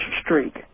streak